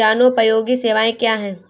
जनोपयोगी सेवाएँ क्या हैं?